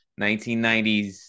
1990s